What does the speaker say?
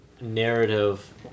narrative